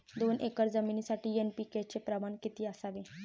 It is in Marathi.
दोन एकर जमिनीसाठी एन.पी.के चे प्रमाण किती असावे?